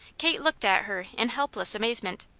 kate looked at her in helpless amazement.